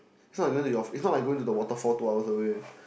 it's not it's not going to the waterfall two hours away